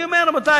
אני אומר: רבותי,